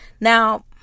Now